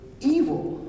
evil